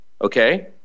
okay